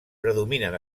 predominen